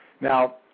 Now